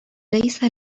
ليس